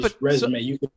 Resume